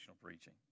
preaching